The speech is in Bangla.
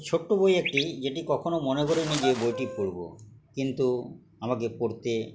ছোট্ট বই একটি যেটি কখনো মনে করিনি যে বইটি পড়বো কিন্তু আমাকে পড়তে